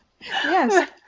Yes